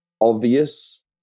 obvious